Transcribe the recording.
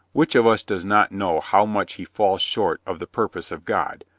which of us does not know how much he falls short of the purpose of god,